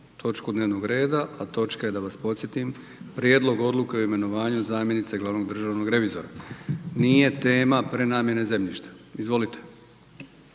točku dnevnog reda, a točka je, da vas podsjetim, Prijedlog Odluke o imenovanju zamjenice glavnog državnog revizora. Nije tema prenamjene zemljišta. Izvolite.